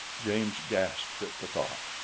james gasped at the thought.